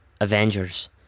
Avengers